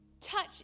touch